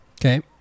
Okay